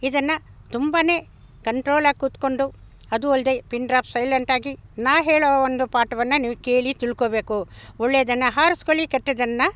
ಇದನ್ನು ತುಂಬನೇ ಕಂಟ್ರೋಲಾಗಿ ಕೂತ್ಕೊಂಡು ಅದು ಅಲ್ದೇ ಪಿನ್ ಡ್ರಾಪ್ ಸೈಲೆಂಟಾಗಿ ನಾ ಹೇಳೋ ಒಂದು ಪಾಠವನ್ನು ನೀವು ಕೇಳಿ ತಿಳ್ಕೊಬೇಕು ಒಳ್ಳೆದನ್ನು ಆರಿಸ್ಕೊಳ್ಳಿ ಕೆಟ್ಟದ್ದನ್ನು